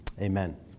Amen